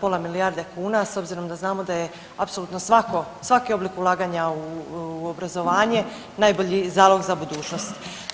pola milijarde kuna s obzirom da znamo da je apsolutno svako, svaki oblik ulaganja u obrazovanje najbolji zalog za budućnost.